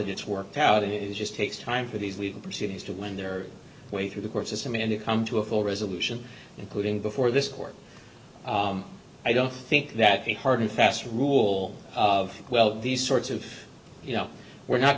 gets worked out is just takes time for these legal proceedings to wind their way through the court system and come to a full resolution including before this court i don't think that the hard and fast rule of well these sorts of you know we're not